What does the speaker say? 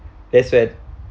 that's right